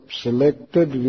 selected